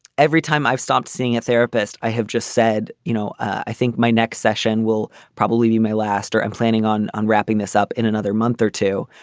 every time i've stopped seeing a therapist i have just said you know i think my next session will probably be my last or i'm planning on unwrapping this up in another month or two.